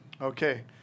Okay